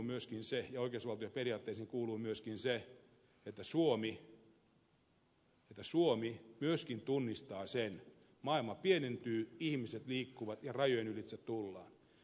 mutta suojeluvastuuseen ja oikeusvaltioperiaatteisiin kuuluu myöskin se että suomi myöskin tunnistaa sen että maailma pienentyy ihmiset liikkuvat ja rajojen ylitse tullaan